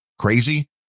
crazy